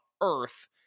earth